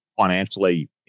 financially